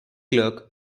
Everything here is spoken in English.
clerk